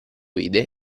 vide